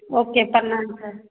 okay प्रणाम sir